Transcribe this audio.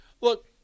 look